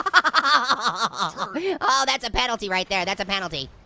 ah oh that's a penalty right there, that's a penalty.